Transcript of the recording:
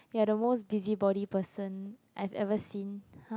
you are the most busybody person I ever seen !huh!